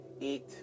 eat